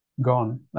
gone